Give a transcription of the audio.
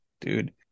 dude